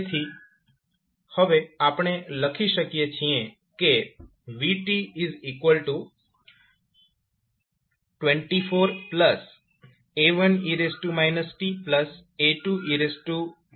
તેથી હવે આપણે લખી શકીએ છીએ કે v24 A1e tA2e 4t